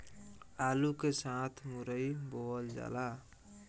आलू के साथ मुरई बोअल जाला